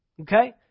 Okay